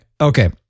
okay